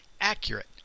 accurate